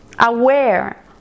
aware